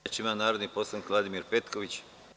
Reč ima narodni poslanik Vladimir Petković.